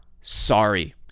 sorry